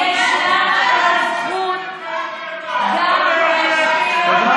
מבצעת, איפה,